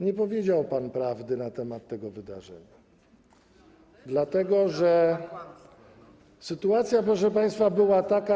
Nie powiedział pan prawdy na temat tego wydarzenia, dlatego że sytuacja, proszę państwa, była taka.